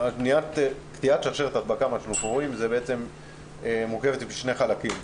קטיעת שרשרת ההדבקה מורכבת משלושה חלקים.